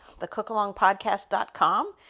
thecookalongpodcast.com